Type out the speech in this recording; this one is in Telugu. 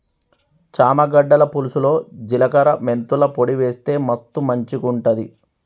చామ గడ్డల పులుసులో జిలకర మెంతుల పొడి వేస్తె మస్తు మంచిగుంటది